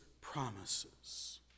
promises